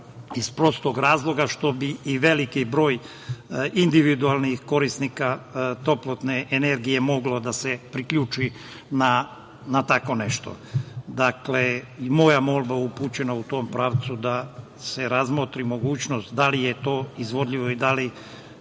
iz prostog razloga što bi i veliki broj individualnih korisnika toplotne energije moglo da se priključi na tako nešto. Dakle, moja molba je upućena u tom pravcu, da se razmotri mogućnost da li je to izvodljivo i da li